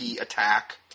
attack